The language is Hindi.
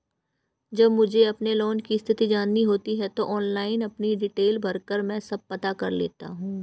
जब मुझे अपने लोन की स्थिति जाननी होती है ऑनलाइन अपनी डिटेल भरकर मन सब पता कर लेता हूँ